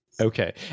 Okay